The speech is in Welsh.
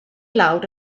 lawr